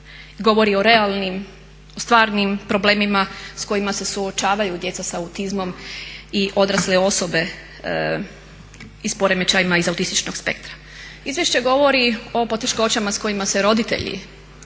govori o realnim, o stvarnim problemima s kojima se suočavaju djeca sa autizmom i odrasle osobe i s poremećajima iz autističnog spektra. Izvješće govori o poteškoćama s kojima se roditelji